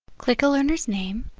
click a lerner's name.